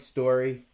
Story